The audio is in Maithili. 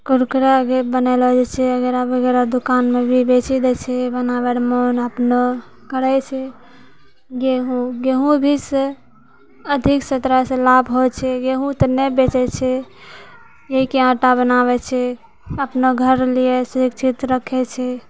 कुरकुरा भी बनेलो जाइ छै वगैरह वगैरह दोकानमे भी बेचि दै छै बनाबै लए मोन अपना करै छै गेहुँ गेहुँ भी सँ अधिक सभ तरहसँ लाभ होइ छै गेहुँ तऽ नहि बेचै छै किएक कि आँटा बनाबै छै अपना घर लिअ सुरक्षित रक्खे छै